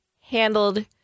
handled